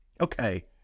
Okay